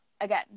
again